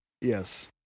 Yes